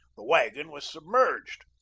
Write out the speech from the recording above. the wagon was submerged.